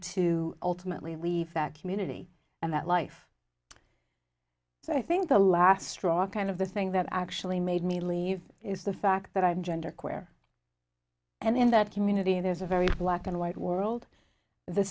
to ultimately leave that community and that life so i think the last straw kind of the thing that actually made me leave is the fact that i'm genderqueer and in that community there's a very black and white world the